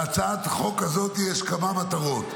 להצעת החוק הזאת יש כמה מטרות: